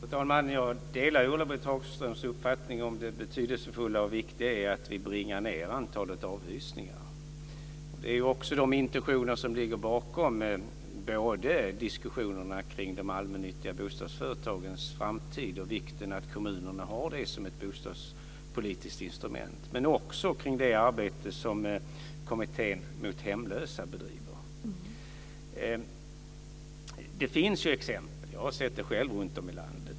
Fru talman! Jag delar Ulla-Britt Hagströms uppfattning om det betydelsefulla och viktiga i att vi bringar ned antalet avhysningar. Det är också de intentioner som ligger bakom diskussionerna både kring de allmännyttiga bostadsföretagens framtid och vikten av att kommunerna har dem som ett bostadspolitiskt instrument och kring det arbete som Kommittén för hemlösa bedriver. Det finns goda exempel, jag har sett det själv runtom i landet.